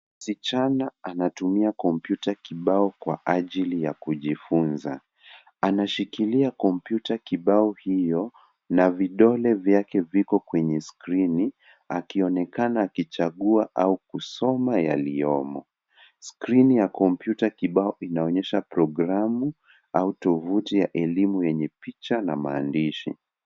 Msichana anatumia kompyuta kibao kwa ajili ya kujifunza. Anashikilia kompyuta kibao hiyo na vidole vyake viko kwenye skrini akionekana akichagua au kusoma yaliyomo. Skrini ya kompyuta kibao inaonyesha programu au tovuti ya elimu yenye picha na maandishi.